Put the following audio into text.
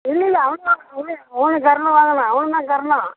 இல்லைல்ல அவனும் அவனும் அவனும் கறந்து வாங்கினான் அவனுந்தான் கறந்தான்